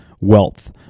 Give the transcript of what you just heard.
wealth